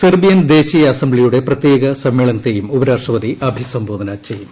Serbian ദേശീയ അസംബ്ലിയുടെ പ്രത്യേക സമ്മേളനത്തെയും ഉപരാഷ്ട്രപതി അഭിസംബോധന ചെയ്യും